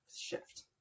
shift